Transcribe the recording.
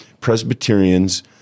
Presbyterians